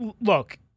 Look